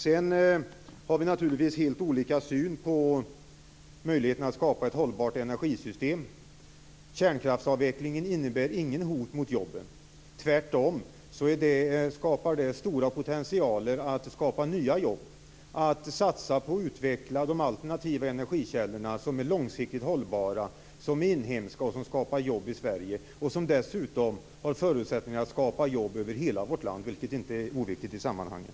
Sedan har vi naturligtvis helt olika syn på möjligheten att skapa ett hållbart energisystem. Kärnkraftsavvecklingen innebär inte något hot mot jobben. Tvärtom innebär det stor potential för att skapa nya jobb och att satsa på och utveckla alternativa energikällor som är långsiktigt hållbara, som är inhemska och som skapar jobb i Sverige. Dessutom ger det förutsättningar att skapa jobb över hela vårt land, vilket inte är oviktigt i sammanhanget.